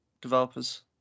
developers